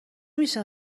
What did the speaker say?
میشه